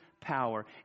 power